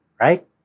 Right